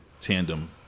Tandem